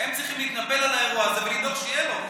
הם צריכים להתנפל על האירוע הזה ולדאוג שיהיה לו.